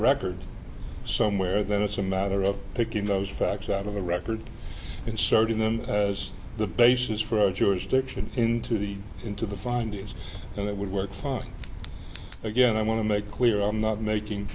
records somewhere then it's a matter of picking those facts out of the record inserting them as the basis for our jurisdiction into the into the findings and it would work fine again i want to make clear i'm not making